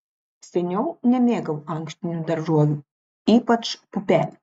seniau nemėgau ankštinių daržovių ypač pupelių